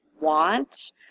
want